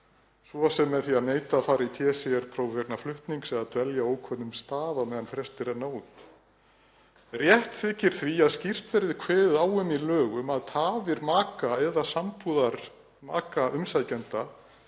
svo sem með því að neita að fara í PCR-próf vegna flutnings eða dvelja á ókunnum stað á meðan frestir renna út. Rétt þykir því að skýrt verði kveðið á um í lögum að tafir maka eða sambúðarmaka umsækjanda